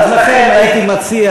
לכן הייתי מציע